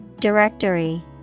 Directory